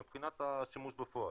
מבחינת השימוש בפועל.